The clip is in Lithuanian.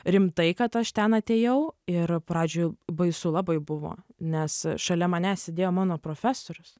rimtai kad aš ten atėjau ir pradžioj baisu labai buvo nes šalia manęs sėdėjo mano profesorius